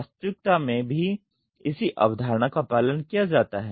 वास्तविकता में भी इसी अवधारणा का पालन किया जा सकता है